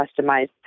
customized